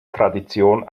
tradition